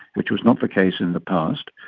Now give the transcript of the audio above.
which was not the case in the past.